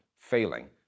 failing